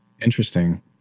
Interesting